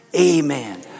amen